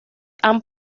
han